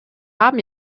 haben